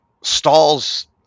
stalls